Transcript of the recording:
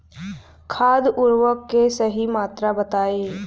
खाद उर्वरक के सही मात्रा बताई?